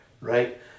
right